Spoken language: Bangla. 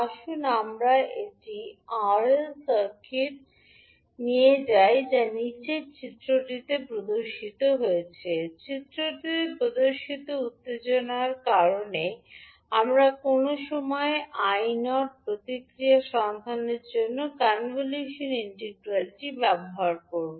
আসুন আমরা একটি আরএল সার্কিট নিয়ে যাই যা নীচের চিত্রটিতে প্রদর্শিত হয়েছে চিত্রটিতে প্রদর্শিত উত্তেজনার কারণে আমরা কোনও সময়ে i0 প্রতিক্রিয়া সন্ধানের জন্য কনভলিউশন ইন্টিগ্রালটি ব্যবহার করব